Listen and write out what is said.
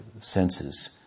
senses